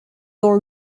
dans